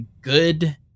good